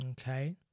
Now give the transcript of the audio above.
Okay